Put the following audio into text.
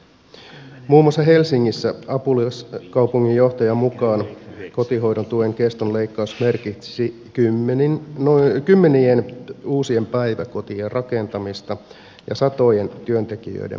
muun muassa helsingissä apulaiskaupunginjohtajan mukaan kotihoidon tuen keston leikkaus merkitsisi kymmenien uusien päiväkotien rakentamista ja satojen työntekijöiden palkkaamista